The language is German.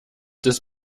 des